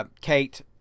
Kate